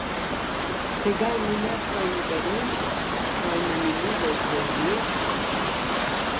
tai gal manęs tau nebereikia gal manimi jau bjauriesi